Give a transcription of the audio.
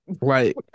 right